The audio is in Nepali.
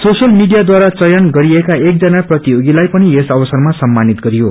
सोशल मीडियाद्वारा चयन गरिएका एक जना प्रतियोगीलाई पनि यस अवसरमा सम्मानित गरियो